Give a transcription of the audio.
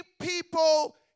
people